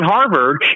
Harvard